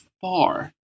far